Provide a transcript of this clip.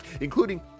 including